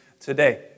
today